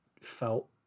felt